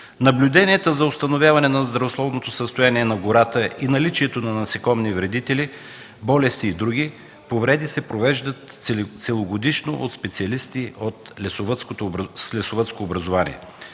Наблюденията за установяване на здравословното състояние на гората и наличието на насекомни вредители, болести и други повреди се провеждат целогодишно от специалисти с лесовъдско образование.